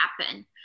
happen